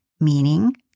Meaning